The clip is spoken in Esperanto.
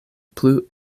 plu